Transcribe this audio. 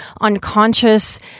unconscious